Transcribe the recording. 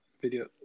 video